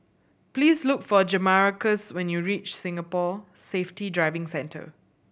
please look for Jamarcus when you reach Singapore Safety Driving Centre